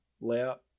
layout